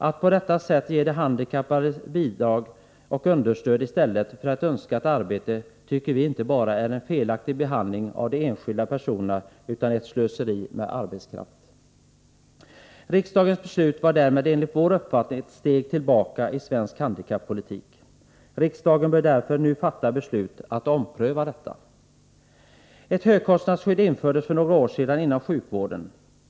Att på detta sätt ge de handikappade bidrag och understöd i stället för ett önskat arbete tycker vi är inte bara en felaktig behandling av de enskilda personerna utan också ett slöseri med arbetskraft. Riksdagens beslut var därmed enligt vår uppfattning ett steg tillbaka i svensk handikappolitik. Riksdagen bör därför nu fatta beslutet att ompröva detta. Ett högkostnadsskydd infördes för några år sedan inom sjukvården.